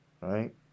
Right